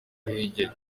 ruhengeri